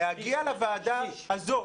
להגיע לוועדה הזו,